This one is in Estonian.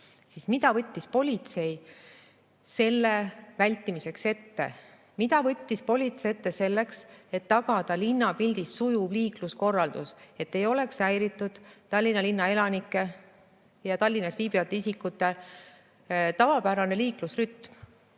siis mida võttis politsei selle vältimiseks ette. Mida võttis politsei ette selleks, et tagada linnapildis sujuv liikluskorraldus, et ei oleks häiritud Tallinna linna elanike ja [oleks tagatud] Tallinnas viibivate isikute tavapärane liiklusrütm?